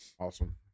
Awesome